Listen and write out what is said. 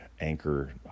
Anchor